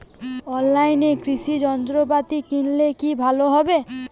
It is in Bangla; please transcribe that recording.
অনলাইনে কৃষি যন্ত্রপাতি কিনলে কি ভালো হবে?